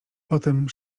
potem